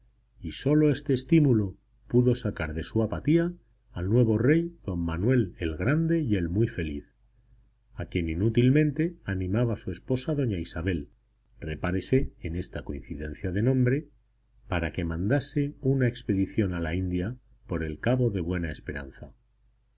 y sólo este estímulo pudo sacar de su apatía al nuevo rey don manuel el grande y el muy feliz a quien inútilmente animaba su esposa doña isabel repárese en esta coincidencia de nombre para que mandase una expedición a la india por el cabo de buena esperanza